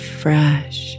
fresh